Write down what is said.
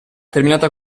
terminata